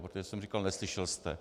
Protože jsem říkal neslyšel jste?